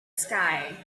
sky